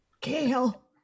Kale